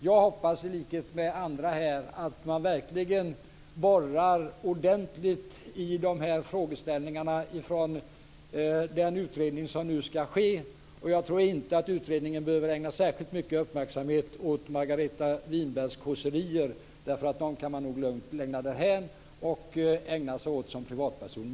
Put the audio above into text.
Jag hoppas i likhet med andra här att man verkligen borrar ordentligt i de här frågeställningarna från den utredning som nu ska ske. Jag tror inte att utredningen behöver ägna särskilt mycket uppmärksamhet åt Margareta Winbergs kåserier. Dem kan man nog lugnt lämna därhän, och ägna sig åt som privatperson.